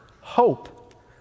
hope